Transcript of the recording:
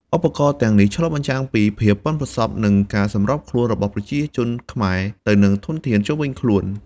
ឧបករណ៍ទាំងនេះឆ្លុះបញ្ចាំងពីភាពប៉ិនប្រសប់និងការសម្របខ្លួនរបស់ប្រជាជនខ្មែរទៅនឹងធនធានជុំវិញខ្លួន។